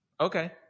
okay